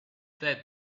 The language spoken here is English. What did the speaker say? that